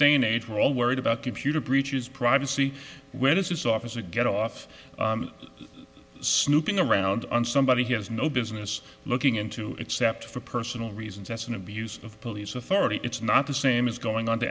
day and age we're all worried about computer breaches privacy where does this officer get off snooping around on somebody he has no business looking into it cept for personal reasons that's an abuse of police authority it's not the same as going on to